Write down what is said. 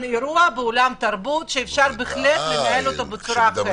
אירוע באולם תרבות שאפשר בהחלט לנהל אותו בצורה אחרת.